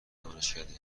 دانشکده